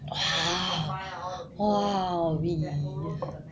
!wah! wow we~